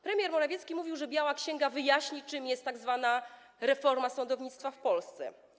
Premier Morawiecki mówił, że biała księga wyjaśni, czym jest tzw. reforma sądownictwa w Polsce.